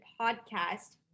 podcast